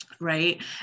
Right